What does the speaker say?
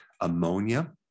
ammonia